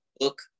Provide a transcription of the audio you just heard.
look